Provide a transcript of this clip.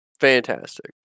Fantastic